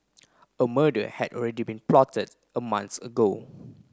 a murder had already been plotted a month ago